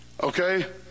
okay